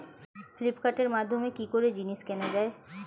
ফ্লিপকার্টের মাধ্যমে কি করে জিনিস কেনা যায়?